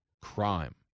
crime